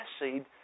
seed